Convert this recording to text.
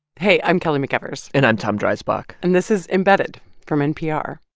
hey. i'm kelly mcevers and i'm tom dreisbach and this is embedded from npr.